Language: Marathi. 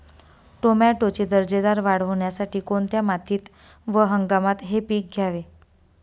टोमॅटोची दर्जेदार वाढ होण्यासाठी कोणत्या मातीत व हंगामात हे पीक घ्यावे?